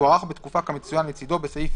תוארך בתקופה כמצוין לצדו (בסעיף